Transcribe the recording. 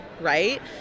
right